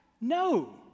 No